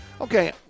Okay